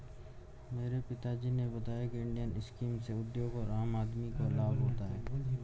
मेरे पिता जी ने बताया की इंडियन स्कीम से उद्योग और आम आदमी को लाभ होता है